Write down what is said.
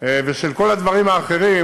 ושל כל הדברים האחרים,